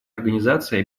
организации